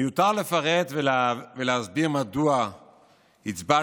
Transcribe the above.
מיותר לפרט ולהסביר מדוע הצבענו,